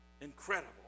incredible